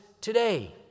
today